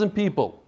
people